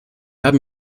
haben